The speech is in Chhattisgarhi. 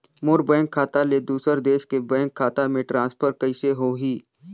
मोर बैंक खाता ले दुसर देश के बैंक खाता मे ट्रांसफर कइसे होही?